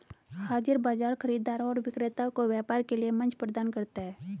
हाज़िर बाजार खरीदारों और विक्रेताओं को व्यापार के लिए मंच प्रदान करता है